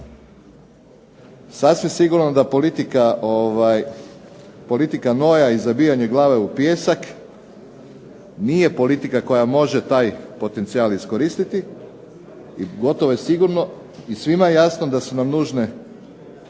sasvim sigurno da politika noja i zabijanje glave u pijesak nije politika koja može taj potencijal iskoristiti i gotovo je sigurno i svima je jasno da su nam nužne